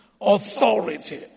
authority